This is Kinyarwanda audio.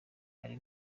ari